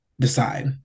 decide